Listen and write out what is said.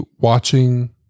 watching